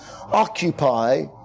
Occupy